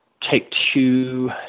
Take-Two